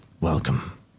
Welcome